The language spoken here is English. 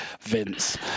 Vince